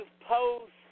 post